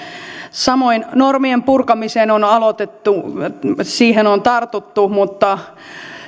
samoin normien purkaminen on aloitettu siihen on tartuttu mutta